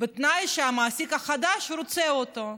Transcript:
בתנאי שהמעסיק החדש רוצה אותו.